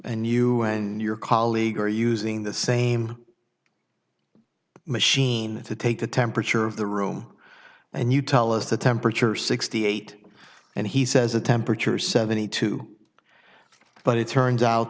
and you and your colleague are using the same machine to take the temperature of the room and you tell us the temperature sixty eight and he says the temperature is seventy two but it turns out